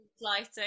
lighting